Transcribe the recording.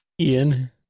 Ian